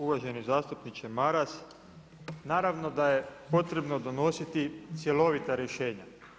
Uvaženi zastupniče Maras, naravno da je potrebno donositi cjelovita rješenja.